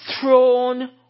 throne